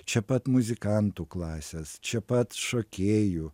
čia pat muzikantų klasės čia pat šokėjų